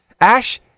ash